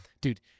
Dude